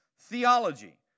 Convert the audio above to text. theology